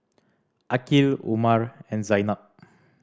Aqil Umar and Zaynab